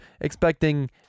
expecting